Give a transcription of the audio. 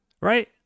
right